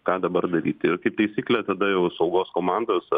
ką dabar daryti ir kaip taisyklė tada jau saugos komandos